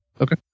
okay